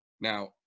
Now